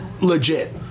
legit